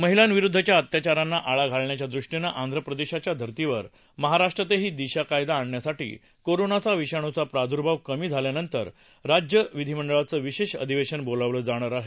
महिलांविरुद्धच्या अत्याचारांना आळा घालण्याच्या दृष्टीनं आंध्र प्रदेशाच्या धर्तीवर महाराष्ट्रातही दिशा कायदा आणण्यासाठी कोरोनाचा विषाणूचा प्रादुर्भाव कमी झाल्यानंतर राज्य विधिमंडळाचं विशेष अधिवेशन बोलावलं जाणार आहे